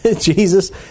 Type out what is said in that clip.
Jesus